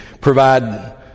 provide